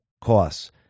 costs